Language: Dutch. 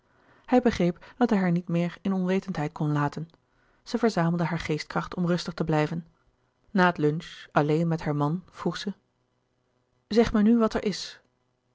hij begreep dat hij haar niet meer in onwetendheid kon laten zij verzamelde haar geestkracht om rustig te blijven na het lunch alleen met haar man vroeg zij zeg mij nu wat er is